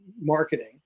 marketing